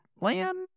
land